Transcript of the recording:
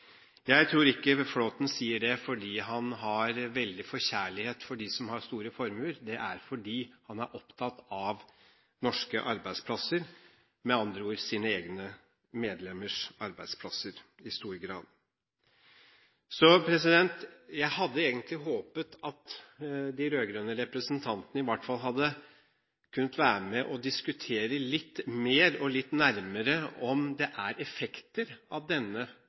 Jeg tror ikke Flåthen sier det fordi han har veldig forkjærlighet for dem som har store formuer. Det er fordi han er opptatt av norske arbeidsplasser – med andre ord sine egne medlemmers arbeidsplasser i stor grad. Jeg hadde egentlig håpet at de rød-grønne representantene i hvert fall hadde kunnet være med på å diskutere litt mer og litt nærmere om det er effekter av denne